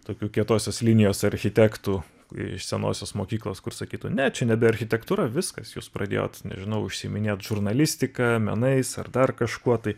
tokių kietosios linijos architektų iš senosios mokyklos kur sakytų ne čia nebe architektūra viskas jūs pradėjot nežinau užsiiminėt žurnalistika menais ar dar kažkuo tai